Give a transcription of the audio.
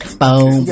boom